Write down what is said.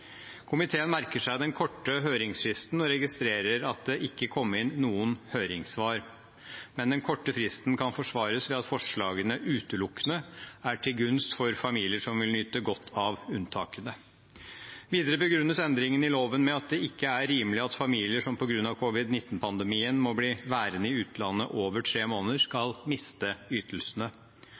registrerer at det ikke kom inn noen høringssvar, men den korte fristen kan forsvares med at forslagene utelukkende er til gunst for familier som vil nyte godt av unntakene. Videre begrunnes endringen i loven med at det ikke er rimelig at familier som på grunn av covid-19-pandemien må bli værende i utlandet i over tre måneder, skal miste ytelsene.